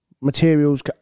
materials